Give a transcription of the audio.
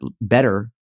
better